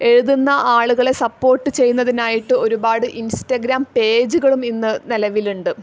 എഴുതുന്ന ആളുകളെ സപ്പോട്ട് ചെയ്യുന്നതിനായിട്ട് ഒരുപാട് ഇൻസ്റ്റഗ്രാം പേജുകളും ഇന്ന് നിലവിലുണ്ട്